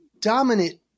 dominant